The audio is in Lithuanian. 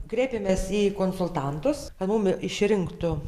kreipėmės į konsultantus kad mum išrinktų